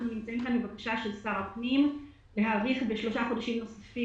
אנחנו נמצאים כאן לאור בקשה של שר הפנים להאריך בשלושה חודשים נוספים,